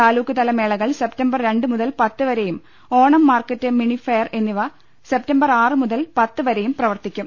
താലൂക്ക്തല മേളകൾ സെപ്റ്റംബർ രണ്ട്മുതൽ പത്ത് വരെയും ഓണം മാർക്ക റ്റ് മിനിഫെയർ എന്നിവ സെപ്റ്റംബർ ആറ് മുതൽ പത്ത് വരെയും പ്രവർത്തിക്കും